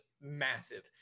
massive